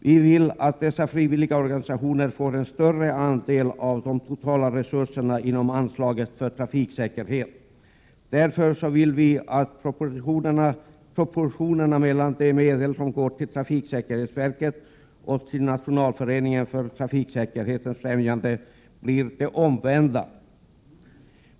Vi vill att dessa frivilliga organisationer får en större andel av de totala resurserna inom anslaget för trafiksäkerhet. Därför vill vi att proportionerna mellan de medel som går till trafiksäkerhetsverket och till Nationalföreningen för trafiksäkerhetens främjande blir de omvända.